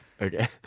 Okay